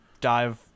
dive